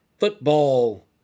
football